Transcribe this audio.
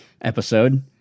episode